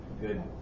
good